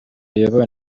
riyobowe